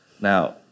Now